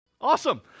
awesome